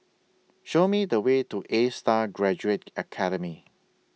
Show Me The Way to A STAR Graduate Academy